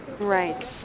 Right